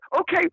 okay